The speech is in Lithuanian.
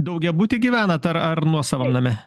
daugiabuty gyvenat ar ar nuosavam name